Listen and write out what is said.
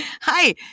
hi